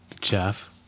Jeff